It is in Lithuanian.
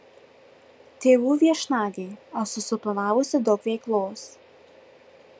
tėvų viešnagei esu suplanavusi daug veiklos